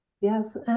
Yes